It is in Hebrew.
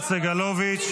--- פלדשטיין, לא אמריקאים.